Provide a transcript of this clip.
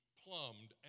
plumbed